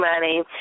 money